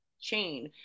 chain